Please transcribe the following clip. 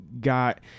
got